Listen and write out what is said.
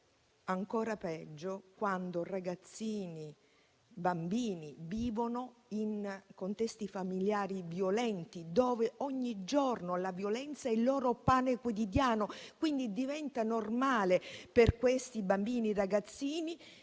ancora peggio, quando ragazzini e bambini vivono in contesti familiari violenti, dove ogni giorno la violenza è il loro pane quotidiano. Diventa allora normale per questi bambini e ragazzini